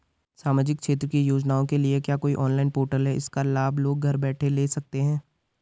सामाजिक क्षेत्र की योजनाओं के लिए क्या कोई ऑनलाइन पोर्टल है इसका लाभ लोग घर बैठे ले सकते हैं?